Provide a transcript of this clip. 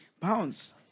pounds